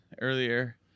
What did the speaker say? earlier